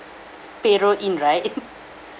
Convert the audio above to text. payroll in right